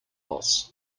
loss